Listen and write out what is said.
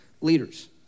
leaders